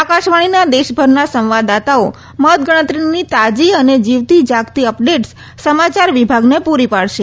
આકાશવાણીના દેશભરના સંવાદદાતાઓ મતગણતરીની તાજી અને જીવતીજાગતી અપડેટ્સ સમાચાર વિભાગને ્પૂરી પાડશે